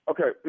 Okay